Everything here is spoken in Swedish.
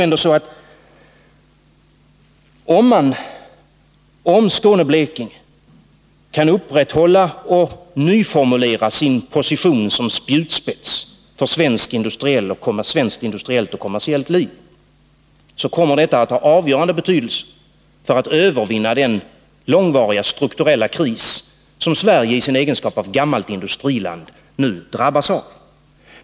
Om Skåne och Blekinge kan upprätthålla och nyformulera sin position som spjutspets för svenskt industriellt och kommersiellt liv, så kommer detta att ha avgörande betydelse för att man skall övervinna den långvariga strukturella kris som Sverige i sin egenskap av gammalt industriland nu drabbas av.